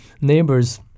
neighbors